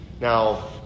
Now